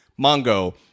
Mongo